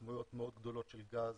כמויות מאוד גדולות של גז,